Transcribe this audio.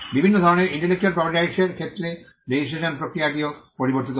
বিভিন্ন ধরণের intellectual property rights এর ক্ষেত্রে রেজিস্ট্রেশন প্রক্রিয়াটিও পরিবর্তিত হয়